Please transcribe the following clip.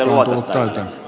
näille luotottajille